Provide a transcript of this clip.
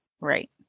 Right